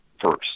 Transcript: first